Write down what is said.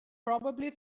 probably